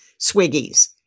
swiggies